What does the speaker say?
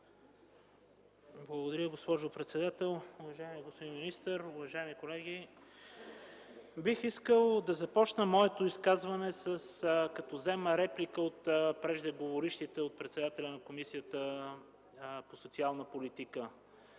Благодаря, госпожо председател. Уважаеми господин министър, уважаеми колеги! Бих искал да започна моето изказване като взема реплика от председателя на Комисията по труда и социалната политика.